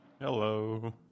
Hello